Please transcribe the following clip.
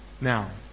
now